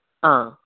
ആ